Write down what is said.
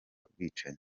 ubwicanyi